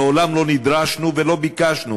מעולם לא נדרשנו ולא ביקשנו,